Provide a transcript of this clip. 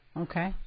Okay